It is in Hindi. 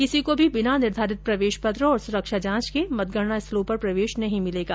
किसी को भी बिना निर्धारित प्रवेश पत्र और सुरक्षा जांच के मतगणना स्थलों पर प्रवेश नहीं मिलेगा